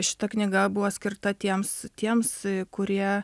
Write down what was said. šita knyga buvo skirta tiems tiems kurie